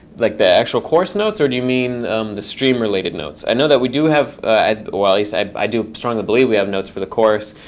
like the actual course notes or do you mean the stream-related notes? i know that we do have well, at least i but i do strongly believe we have notes for the course.